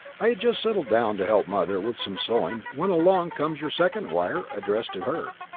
i had just settled down to help mother with some sewing when along comes your second wire, addressed to her.